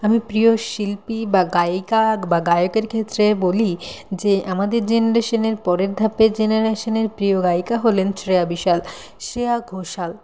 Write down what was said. আমি প্রিয় শিল্পী বা গায়িকা বা গায়কের ক্ষেত্রে বলি যে আমাদের জেনারেশনের পরের ধাপের জেনারেশনের প্রিয় গায়িকা হলেন শ্রেয়া বিশাল শ্রেয়া ঘোষাল